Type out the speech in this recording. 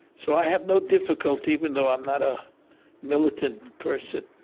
so i have no difficulty even though i'm not a militant person.